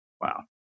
Wow